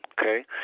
okay